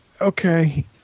okay